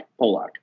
Polak